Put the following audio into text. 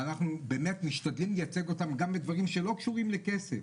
ואנחנו באמת משתדלים לייצג אותם גם בדברים שלא קשורים לכסף,